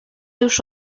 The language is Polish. już